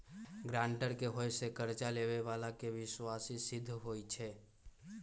guarantor के होय से कर्जा लेबेय बला के विश्वासी सिद्ध होई छै